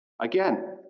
again